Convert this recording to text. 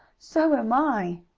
so am i!